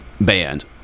banned